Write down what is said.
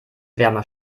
wärmer